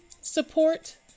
support